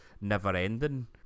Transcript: never-ending